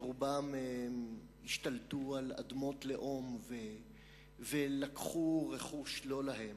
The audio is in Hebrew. שרובם השתלטו על אדמות לאום ולקחו רכוש לא להם,